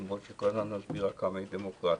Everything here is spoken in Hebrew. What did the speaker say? למרות שהיא כל הזמן מסבירה כמה היא דמוקרטית,